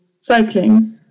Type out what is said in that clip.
cycling